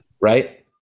Right